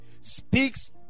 speaks